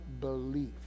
belief